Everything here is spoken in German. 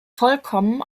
vollkommen